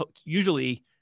usually